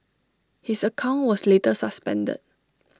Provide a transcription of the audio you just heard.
his account was later suspended